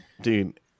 dude